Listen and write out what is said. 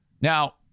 Now